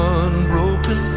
unbroken